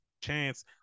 chance